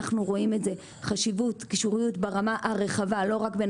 אנחנו רואים חשיבות בקישוריות ברמה הרחבה לא רק בין